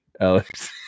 Alex